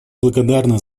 благодарны